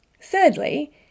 Thirdly